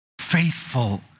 faithful